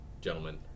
gentlemen